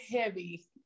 heavy